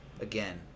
again